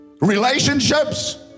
Relationships